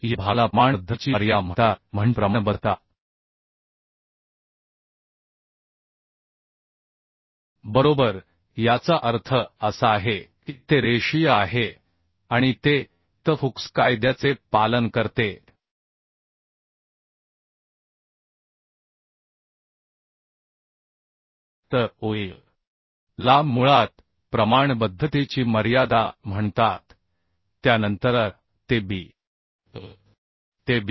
या भागाला प्रमाणबद्धतेची मर्यादा म्हणतात म्हणजे प्रमाणबद्धता बरोबर याचा अर्थ असा आहे की ते रेषीय आहे आणि ते हुक्स कायद्याचे पालन करते तर OA ला मुळात प्रमाणबद्धतेची मर्यादा म्हणतात त्यानंतर A ते B